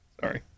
Sorry